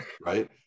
right